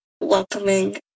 welcoming